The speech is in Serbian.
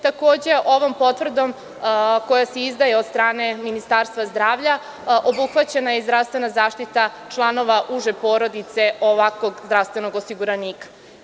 Takođe, ovom potvrdom, koja se izdaje od strane Ministarstva zdravlja, obuhvaćena je zdravstvena zaštita članova uže porodice ovakvog zdravstvenog osiguranika.